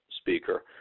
speaker